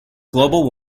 global